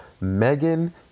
Megan